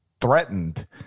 threatened